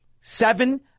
seven